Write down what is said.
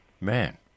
Man